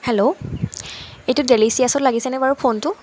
hello এইটো ডেলিচিয়াচত লাগিছেনে বাৰু ফোনটো